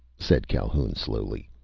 said calhoun slowly.